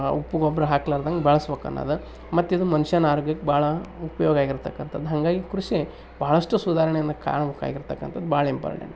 ಉಪ್ಪು ಗೊಬ್ಬರ ಹಾಕ್ಲಾರ್ದಂಗೆ ಬೆಳೆಸ್ಬೇಕ್ ಅನ್ನೊದ್ ಮತ್ತು ಇದು ಮನುಷ್ಯನ್ ಆರೋಗ್ಯಕ್ಕೆ ಭಾಳ ಉಪಯೋಗ ಆಗಿರ್ತಕ್ಕಂಥದ್ ಹಾಂಗಾಗಿ ಕೃಷಿ ಬಹಳಷ್ಟು ಸುಧಾರ್ಣೆಯನ್ನ ಕಾಣ್ಬೇಕ್ ಆಗಿರ್ತಕ್ಕಂಥದ್ ಭಾಳ ಇಂಪಾರ್ಡೆಂಟ್